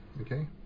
okay